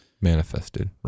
manifested